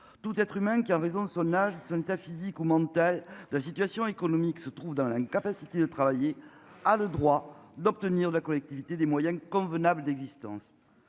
Tout être humain qui en raison de son âge, son état physique ou mental. La situation économique se trouve dans l'incapacité de travailler, a le droit d'obtenir de la collectivité des moyens convenables d'existence.